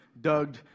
dug